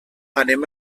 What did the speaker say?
anem